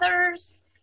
others